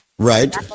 Right